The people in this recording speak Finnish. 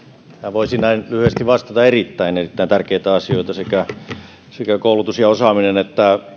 voisi näin lyhyesti vastata erittäin erittäin tärkeitä asioita sekä koulutus ja osaaminen että